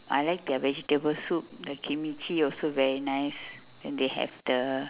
I like their vegetable soup their kimchi also very nice and they have the